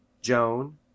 Joan